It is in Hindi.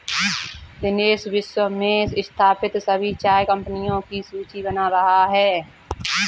दिनेश विश्व में स्थापित सभी चाय कंपनियों की सूची बना रहा है